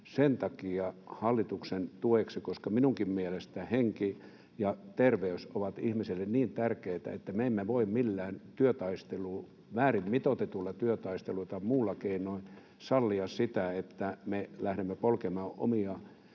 asetun hallituksen tueksi, koska minunkin mielestäni henki ja terveys ovat ihmiselle niin tärkeitä, että me emme voi millään väärin mitoitetulla työtaistelulla tai muulla keinoin sallia sitä, että me lähdemme polkemaan omia